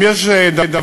אם יש דבר